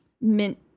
mint